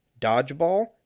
Dodgeball